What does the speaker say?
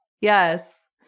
Yes